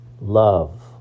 Love